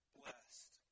blessed